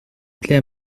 plaît